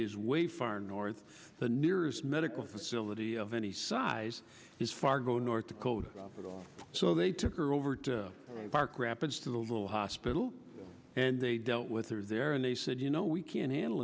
is way far north the nearest medical facility of any size is fargo north dakota so they took her over to park rapids to the little hospital and they dealt with through there and they said you know we can handle